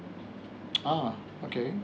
ah okay